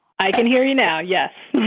i can hear you now. yeah